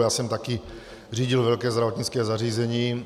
Já jsem také řídil velké zdravotnické zařízení.